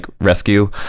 rescue